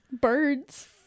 birds